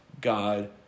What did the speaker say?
God